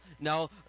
Now